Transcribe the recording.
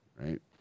right